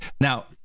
Now